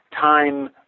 time